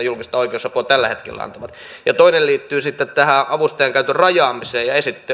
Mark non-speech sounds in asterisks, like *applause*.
*unintelligible* julkista oikeusapua tällä hetkellä antavat toinen liittyy sitten tähän avustajan käytön rajaamiseen